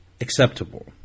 acceptable